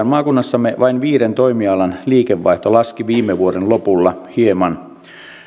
maakunnassamme vain viiden toimialan liikevaihto laski viime vuoden lopulla hieman